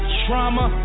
trauma